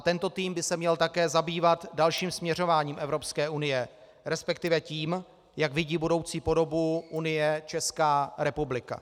Tento tým by se měl také zabývat dalším směřováním Evropské unie, respektive tím, jak vidí budoucí podobu Unie Česká republika.